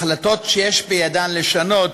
החלטות שיש בידן לשנות